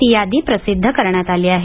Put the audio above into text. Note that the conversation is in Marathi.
ती यादी प्रसिद्ध करण्यात आली आहे